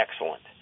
excellent